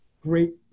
great